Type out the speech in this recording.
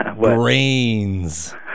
Brains